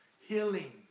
healing